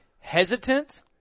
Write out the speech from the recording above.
hesitant –